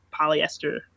polyester